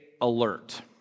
alert